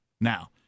now